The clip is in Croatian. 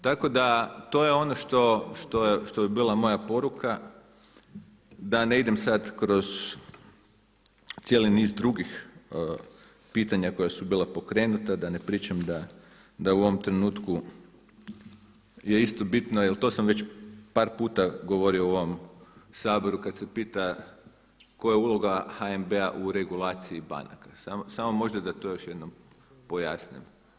Tako da to je ono što bi bila moja poruka, da ne idem sada kroz cijeli niz drugih pitanja koja su bila pokrenuta, da ne pričam da u ovom trenutku je isto bitno, jer to sam već par puta govorio u ovom saboru kada se pita koja je uloga HNB-a u regulaciji banaka, samo možda da to još jednom pojasnim.